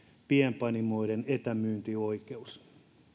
pienpanimoiden etämyyntioikeus kun